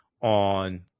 on